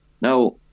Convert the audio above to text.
now